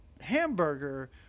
hamburger